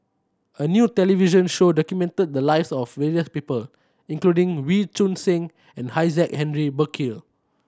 a new television show documented the lives of various people including Wee Choon Seng and Isaac Henry Burkill